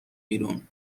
بیرون